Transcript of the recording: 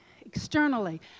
externally